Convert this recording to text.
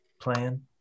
playing